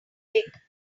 dick